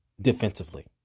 defensively